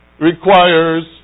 requires